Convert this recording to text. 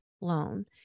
loan